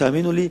תאמינו לי,